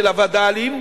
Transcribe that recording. של הווד"לים,